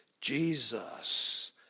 Jesus